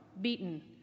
beaten